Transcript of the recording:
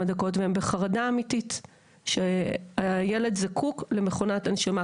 דקות והם בחרדה אמיתית שהילד זקוק למכונת הנשמה.